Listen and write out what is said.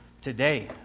today